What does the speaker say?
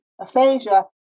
aphasia